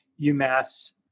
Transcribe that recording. UMass